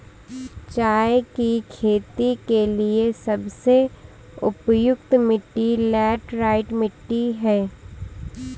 चाय की खेती के लिए सबसे उपयुक्त मिट्टी लैटराइट मिट्टी है